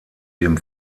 dem